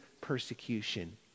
persecution